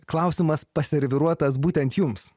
klausimas paserviruotas būtent jums